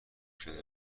شده